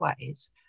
ways